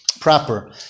proper